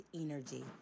Energy